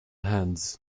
hands